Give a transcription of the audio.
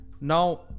now